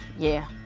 yeah,